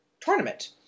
tournament